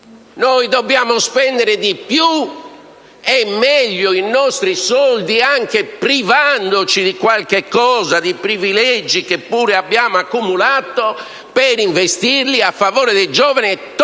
Noi dobbiamo spendere di più e meglio i nostri soldi, anche privandoci di qualche privilegio che pure abbiamo accumulato, per investirli in favore dei giovani e togliere